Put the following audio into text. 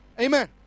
Amen